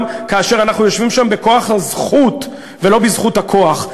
כאשר אנחנו יושבים שם בכוח הזכות ולא בזכות הכוח.